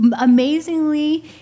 Amazingly